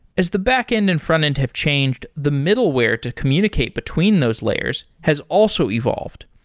as the backend and frontend have changed, the middleware to communicate between those layers has also evolved.